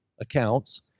accounts